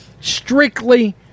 strictly